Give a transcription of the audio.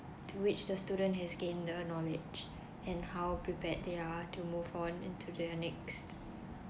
to which the student has gain the knowledge and how prepared they are to move on in to the next